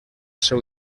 seu